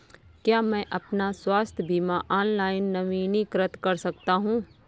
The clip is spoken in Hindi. क्या मैं अपना स्वास्थ्य बीमा ऑनलाइन नवीनीकृत कर सकता हूँ?